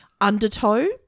Undertow